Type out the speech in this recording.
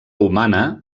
humana